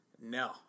no